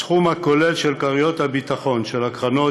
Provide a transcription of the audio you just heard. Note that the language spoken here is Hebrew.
הסכום הכולל של כריות הביטחון של הקרנות